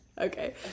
Okay